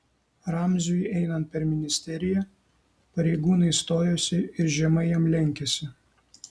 ramziui einant per ministeriją pareigūnai stojosi ir žemai jam lenkėsi